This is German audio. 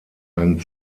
einen